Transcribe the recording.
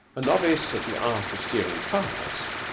a novice at the art of steering cars,